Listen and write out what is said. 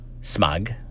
smug